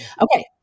Okay